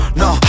no